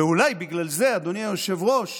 אולי בגלל זה, אדוני היושב-ראש,